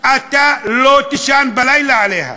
אתה לא תישן בלילה עליה.